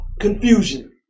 confusion